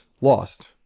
lost